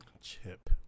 Chip